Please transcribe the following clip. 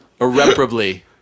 Irreparably